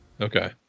Okay